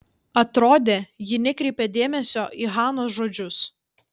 atrodė ji nekreipia dėmesio į hanos žodžius